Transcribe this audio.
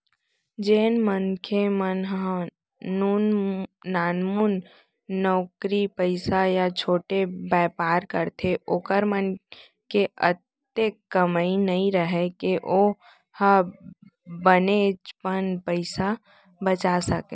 जेन मनखे मन ह नानमुन नउकरी पइसा या छोटे बयपार करथे ओखर मन के अतेक कमई नइ राहय के ओ ह बनेचपन पइसा बचा सकय